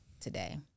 today